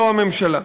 לא הממשלה.